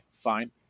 fine